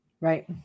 Right